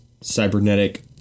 cybernetic